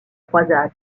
croisade